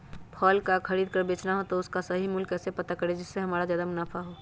फल का खरीद का बेचना हो तो उसका सही मूल्य कैसे पता करें जिससे हमारा ज्याद मुनाफा हो?